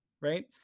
right